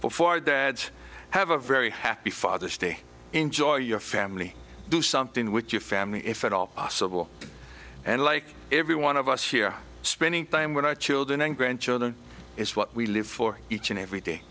dads have a very happy father's day enjoy your family do something with your family if at all possible and like every one of us here spending time with our children and grandchildren is what we live for each and every day